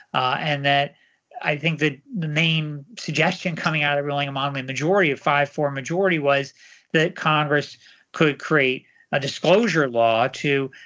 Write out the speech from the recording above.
and that i think the the main suggestion coming out of the ruling among the majority of five four majority was that congress could create a disclosure law to,